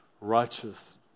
righteous